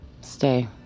Stay